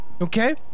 Okay